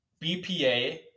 BPA